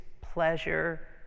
pleasure